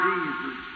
Jesus